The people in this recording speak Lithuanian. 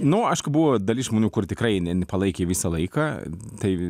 nu aišku buvo dalis žmonių kur tikrai ne nepalaikė visą laiką tai